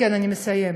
כן, אני מסיימת.